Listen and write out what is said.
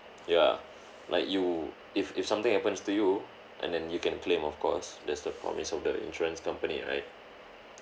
ya like you if if something happens to you and then you can claim of course that's the promise of the insurance company right